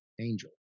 Angel